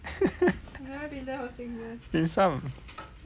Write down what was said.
dimsum err